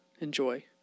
enjoy